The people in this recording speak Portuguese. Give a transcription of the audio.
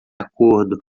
acordo